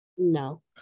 No